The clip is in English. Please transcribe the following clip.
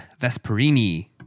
Vesperini